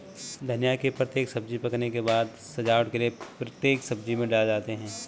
धनिया के पत्ते सब्जी पकने के बाद सजावट के लिए प्रत्येक सब्जी में डाले जाते हैं